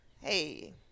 Hey